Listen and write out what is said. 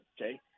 Okay